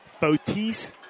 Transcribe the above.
Fotis